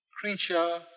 creature